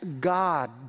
God